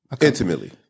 Intimately